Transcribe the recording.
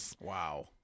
Wow